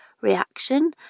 reaction